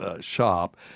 shop